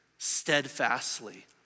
steadfastly